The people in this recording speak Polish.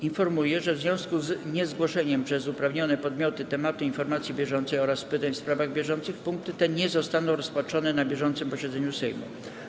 Informuję, że w związku z niezgłoszeniem przez uprawnione podmioty tematu informacji bieżącej oraz pytań w sprawach bieżących punkty te nie zostaną rozpatrzone na bieżącym posiedzeniu Sejmu.